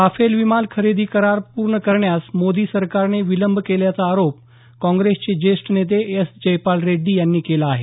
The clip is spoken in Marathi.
राफेल विमान खरेदी करार पूर्ण करण्यास मोदी सरकारनं विलंब केल्याचा आरोप काँग्रेसचे ज्येष्ठ नेते एस जयपाल रेड्डी यांनी केला आहे